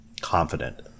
confident